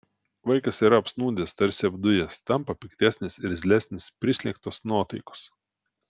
vaikas yra apsnūdęs tarsi apdujęs tampa piktesnis irzlesnis prislėgtos nuotaikos